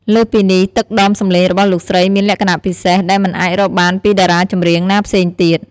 លើសពីនេះ ទឹកដមសំឡេងរបស់លោកស្រីមាន លក្ខណៈពិសេស ដែលមិនអាចរកបានពីតារាចម្រៀងណាផ្សេងទៀត។